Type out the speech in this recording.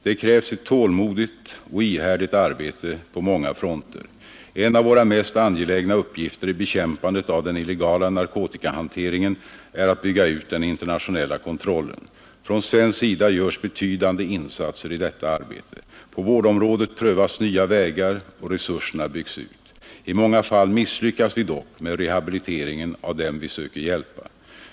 Det krävs ett tålmodigt och ihärdigt arbete på många fronter. En av våra mest angelägna uppgifter i bekämpandet av den illegala narkotikahanteringen är att bygga ut den internationella kontrollen. Från svensk sida görs betydande insatser i detta arbete. På vårdområdet prövas nya vägar och resurserna byggs ut. I många fall misslyckas vi dock med rehabiliteringen av dem vi söker hjälpa.